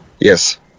Yes